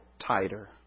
tighter